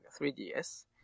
3DS